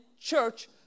church